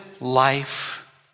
life